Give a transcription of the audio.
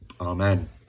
amen